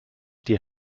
die